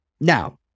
now